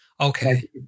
Okay